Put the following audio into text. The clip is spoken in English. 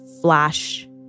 flash